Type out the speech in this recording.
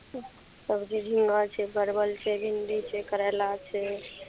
सबजी सीम आर छै परवल छै भिंडी छै करैला छै